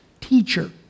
teacher